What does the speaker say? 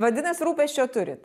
vadinas rūpesčio turit